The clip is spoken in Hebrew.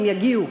אם תגיע,